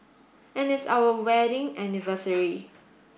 and it's our wedding anniversary